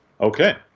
Okay